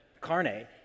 carne